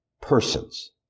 persons